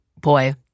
boy